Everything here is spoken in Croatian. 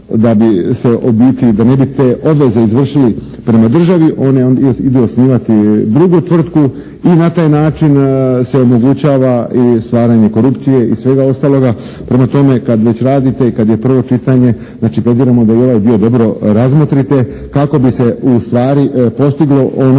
da bi se u biti, da ne bi te obveze izvršili prema državi one idu osnivati drugu tvrtku i na taj način se omogućava i stvaranje korupcije i svega ostaloga. Prema tome, kad već radite i kad je prvo čitanje znači plediramo da i ovaj dio dobro razmotrite kako bi se ustvari postiglo ono